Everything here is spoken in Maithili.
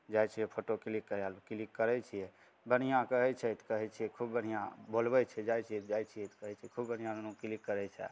जाइ छियै फोटो क्लिक करै लए क्लिक करै छियै बढ़िआँ कहै छै तऽ कहैत छियै खुब बढ़िआँ बोलबै छै जाइ छियै तऽ जाइ छियै कहै छै खुब बढ़िआँ नुनू क्लिक करै छै